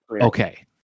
Okay